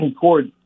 court